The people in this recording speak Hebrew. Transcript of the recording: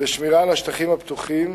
בשמירה על השטחים הפתוחים,